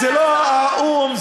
זה לא האו"ם,